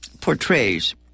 portrays